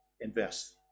invest